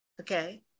okay